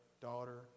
Daughter